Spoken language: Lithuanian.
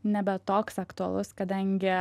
nebe toks aktualus kadangi